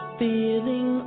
feeling